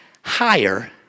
higher